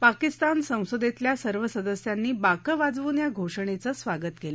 पाकिस्तान संसदेतल्या सर्व सदस्यांनी बाकं वाजव्न या घोषणेचं स्वागत केलं